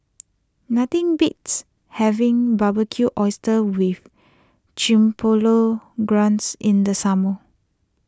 nothing beats having Barbecued Oysters with Chipotle Glaze in the summer